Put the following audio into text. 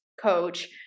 coach